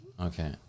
okay